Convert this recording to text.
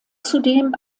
zudem